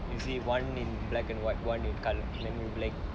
you see one in black and white [one] in colour [one] in black